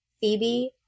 Phoebe